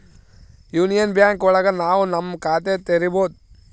union Bank ಒಳಗ ನಾವ್ ನಮ್ ಖಾತೆ ತೆರಿಬೋದು